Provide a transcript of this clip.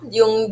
yung